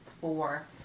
four